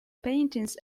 paintings